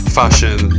fashion